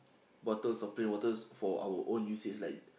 bottles of plain waters for our own usage like